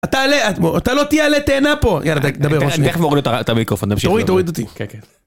אתה לא תהיה עלה תאנה פה, יאללה, דבר אושרי. אני תכף מוריד את המיקרופון, תמשיכו. תוריד, תוריד אותי.